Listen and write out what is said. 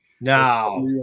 Now